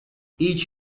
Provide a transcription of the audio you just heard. each